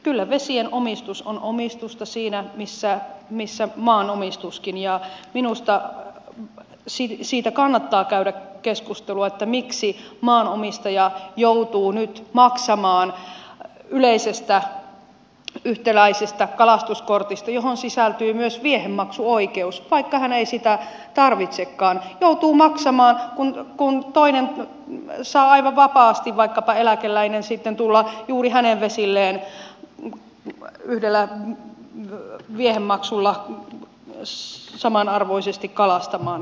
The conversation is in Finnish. kyllä vesien omistus on omistusta siinä missä maan omistuskin ja minusta siitä kannattaa käydä keskustelua miksi maanomistaja joutuu nyt maksamaan yleisestä yhtäläisestä kalastuskortista johon sisältyy myös viehemaksuoikeus vaikka hän ei sitä tarvitsekaan kun toinen saa aivan vapaasti vaikkapa eläkeläinen sitten tulla juuri hänen vesilleen yhdellä viehemaksulla samanarvoisesti kalastamaan